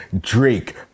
Drake